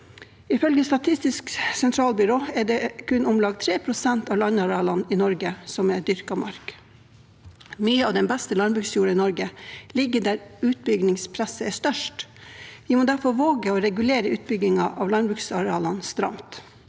Ifølge Statistisk sentralbyrå er det kun om lag 3 pst. av landarealet i Norge som er dyrket mark. Mye av den beste landbruksjorda i Norge ligger der utbyggingspresset er størst. Vi må derfor våge å regulere utbyggingen av landbruksarealene stramt.